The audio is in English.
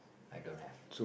I don't have